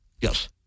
Yes